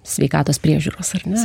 sveikatos priežiūros ar ne